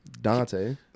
Dante